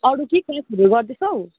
अरू के क्लासहरू गर्दैछौ